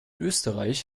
österreich